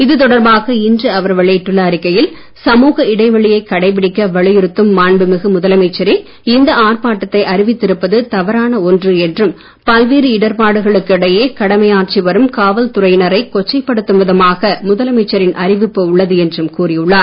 இதுதொடர்பாக இன்று அவர் வெளியிட்டுள்ள அறிக்கையில் சமூக இடைவெளியைக் கடைப்பிடிக்க வலியுறுத்தும் மாண்புமிகு முதலமைச்சரே இந்த ஆர்ப்பாட்டத்தை அறிவித்திருப்பது தவறான ஒன்று என்றும் பல்வேறு இடர்பாடுகளுக்கு இடையே கடமையாற்றி வரும் காவல்துறையினரைக் கொச்சைப் படுத்தும் விதமாக முதலமைச்சரின் அறிவிப்பு உள்ளது என்றும் கூறியுள்ளார்